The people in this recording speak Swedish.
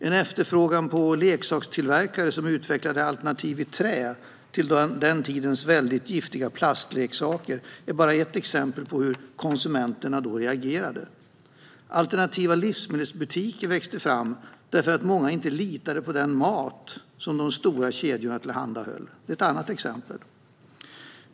En efterfrågan på leksaker från tillverkare som utvecklade alternativ i trä till den tidens väldigt giftiga plastleksaker är bara ett exempel på hur konsumenterna reagerade. Alternativa livsmedelsbutiker växte fram därför att många inte litade på den mat som de stora kedjorna tillhandahöll. Det är ett annat exempel.